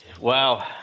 Wow